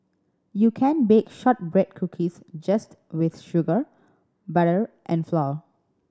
you can bake shortbread cookies just with sugar butter and flour